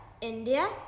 India